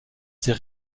ses